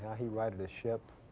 he righted the ship.